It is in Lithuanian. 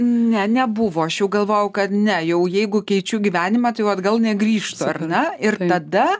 ne nebuvo aš jau galvojau kad ne jau jeigu keičiu gyvenimą tai jau atgal negrįžtu ar ne ir tada